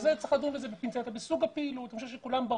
זו סוגיה אחרת שצריך לדון בה בפינצטה.